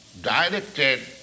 directed